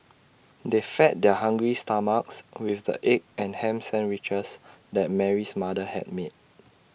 they fed their hungry stomachs with the egg and Ham Sandwiches that Mary's mother had made